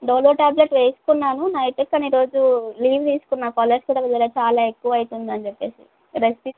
Dolo tablet వేసుకున్నాను night కొన్ని రోజు లీవ్ తీసుకున్న కాలేజ్ కూడా కుదరక చాలా ఎక్కువ అవుతుందని చెప్పేసి రెస్ట్ తి